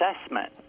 assessment